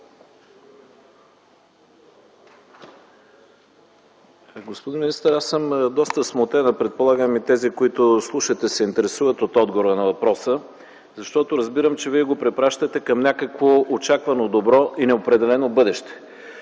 Господин министър, аз съм доста смутен, а предполагам и тези, които слушат и се интересуват от отговора на въпроса, защото разбирам, че Вие го препращате към някакво очаквано добро и неопределено бъдеще.